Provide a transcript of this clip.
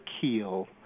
keel